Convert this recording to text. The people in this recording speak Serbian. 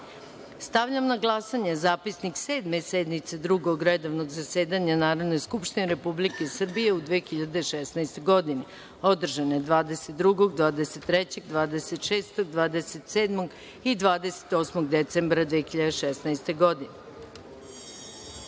godini. Stavljam na glasanje Zapisnik Sedme sednice Drugog redovnog zasedanja Narodne skupštine Republike Srbije u 2016. godini, održane 22, 23, 26, 27. i 28. decembra 2016. godine. Molim